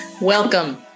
Welcome